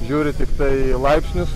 žiūri tiktai į laipsnius